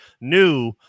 new